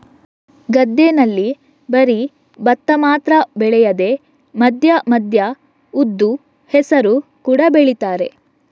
ಗದ್ದೆನಲ್ಲಿ ಬರೀ ಭತ್ತ ಮಾತ್ರ ಬೆಳೆಯದೆ ಮಧ್ಯ ಮಧ್ಯ ಉದ್ದು, ಹೆಸರು ಕೂಡಾ ಬೆಳೀತಾರೆ